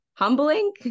humbling